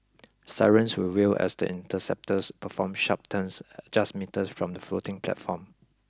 sirens will wail as the interceptors perform sharp turns just metres from the floating platform